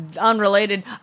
Unrelated